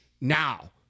now